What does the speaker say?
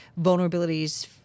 vulnerabilities